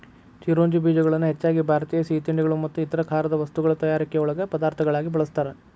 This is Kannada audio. ಚಿರೋಂಜಿ ಬೇಜಗಳನ್ನ ಹೆಚ್ಚಾಗಿ ಭಾರತೇಯ ಸಿಹಿತಿಂಡಿಗಳು ಮತ್ತು ಇತರ ಖಾರದ ವಸ್ತುಗಳ ತಯಾರಿಕೆಯೊಳಗ ಪದಾರ್ಥಗಳಾಗಿ ಬಳಸ್ತಾರ